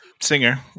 singer